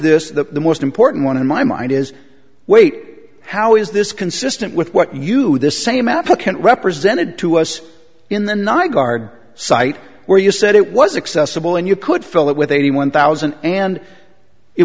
this the most important one in my mind is wait how is this consistent with what you do the same applicant represented to us in the nygaard site where you said it was accessible and you could fill it with eighty one thousand and it